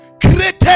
created